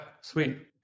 sweet